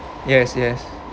yes yes